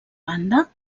banda